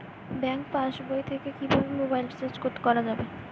Bank পাশবই থেকে কিভাবে মোবাইল রিচার্জ করা যাবে?